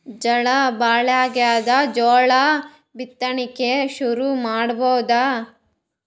ಝಳಾ ಭಾಳಾಗ್ಯಾದ, ಜೋಳ ಬಿತ್ತಣಿಕಿ ಶುರು ಮಾಡಬೋದ?